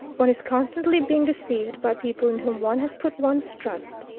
one is constantly being deceived by people in whom one has put one's trust.